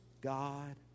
God